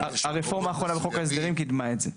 הרפורמה האחרונה בחוק ההסדרים קידמה את זה.